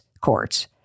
courts